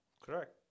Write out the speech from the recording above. Correct